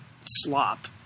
slop